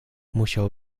musiał